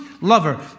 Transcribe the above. lover